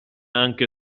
anche